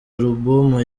alubumu